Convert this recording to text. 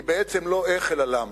היא בעצם לא איך אלא למה.